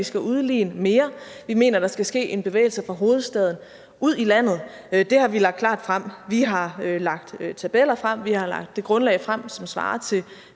vi skal udligne mere. Vi mener, der skal ske en bevægelse fra hovedstaden ud i landet – det har vi lagt klart frem. Vi har lagt tabeller frem. Vi har lagt det grundlag frem, som svarer til